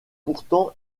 pourtant